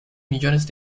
millones